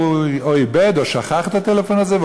הוא או איבד או שכח את הטלפון הזה,